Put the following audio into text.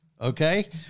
okay